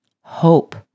hope